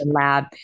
lab